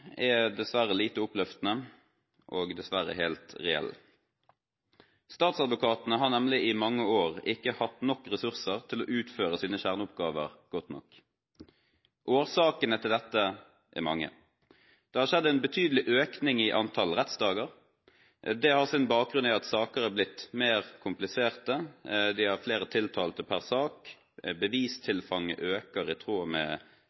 er dessverre lite oppløftende og dessverre helt reell. Statsadvokatene har nemlig i mange år ikke hatt nok ressurser til å utføre sine kjerneoppgaver godt nok. Årsakene til dette er mange. Det har skjedd en betydelig økning i antallet rettsdager. Det har sin bakgrunn i at sakene har blitt mer kompliserte, det er flere tiltalte per sak og bevistilfanget øker i tråd med